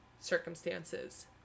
circumstances